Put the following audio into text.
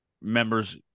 members